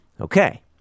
Okay